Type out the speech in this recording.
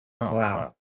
Wow